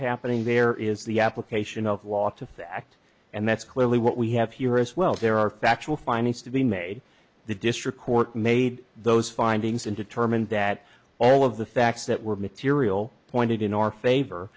happening there is the application of law to the act and that's clearly what we have here as well there are factual findings to be made the district court made those findings and determined that all of the facts that were material pointed in our favor